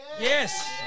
Yes